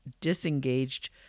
disengaged